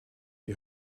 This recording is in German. die